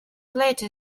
later